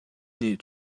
nih